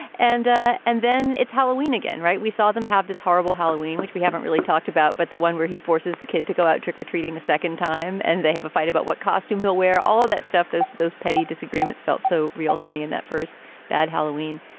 and ah and then it's halloween again, right. we saw them have this horrible halloween, which we haven't really talked about, but the one where he forces the kid to go out trick or treating a second time and they have a fight about what costume hill where all of that stuff, those those petty disagreements felt so real to me in that first bad halloween.